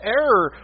error